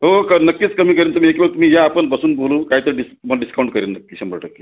हो कर नक्कीच कमी करेन तुम्ही एकवेळ या आपण बसून बोलू काहीतरी डिस् तुम्हाला डिस्काऊंट करील नक्की शंभर टक्के